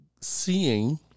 seeing